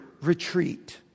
retreat